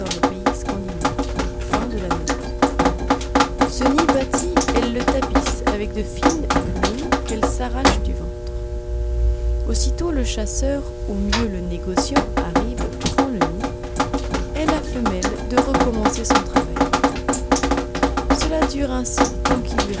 ce nid bâti elle le tapisse avec de fines plumes qu'elle s'arrache du ventre aussitôt le chasseur ou mieux le négociant arrive prend le nid et la femelle de recommencer son travail cela dure ainsi tant qu'il lui